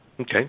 Okay